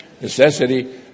Necessity